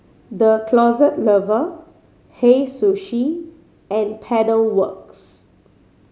The Closet Lover Hei Sushi and Pedal Works